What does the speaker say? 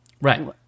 Right